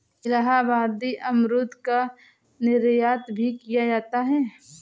इलाहाबादी अमरूद का निर्यात भी किया जाता है